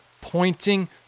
pointing